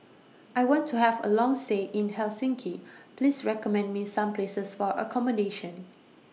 I want to Have A Long stay in Helsinki Please recommend Me Some Places For accommodation